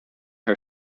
her